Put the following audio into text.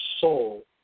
soul